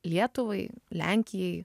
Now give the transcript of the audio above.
lietuvai lenkijai